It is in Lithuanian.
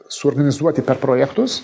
suorganizuoti per projektus